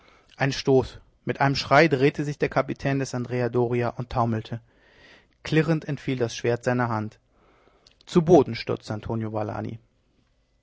ein stoß mit einem schrei drehte sich der kapitän des andrea doria und taumelte klirrend entfiel das schwert seiner hand zu boden stürzte antonio valani über